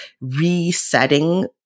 resetting